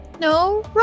No